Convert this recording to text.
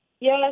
Yes